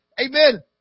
amen